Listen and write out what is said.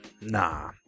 Nah